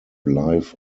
life